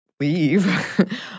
leave